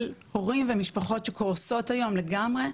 הורים ומשפחות שקורסות היום לגמרי,